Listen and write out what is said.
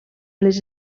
les